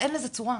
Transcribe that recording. אין לזה צורה.